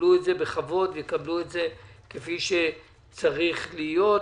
יקבלו את זה בכבוד, יקבלו את זה כפי שצריך להיות.